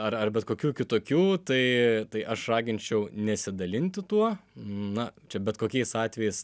ar ar bet kokių kitokių tai tai aš raginčiau nesidalinti tuo na čia bet kokiais atvejais